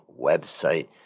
website